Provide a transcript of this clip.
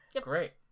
Great